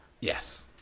Yes